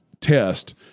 test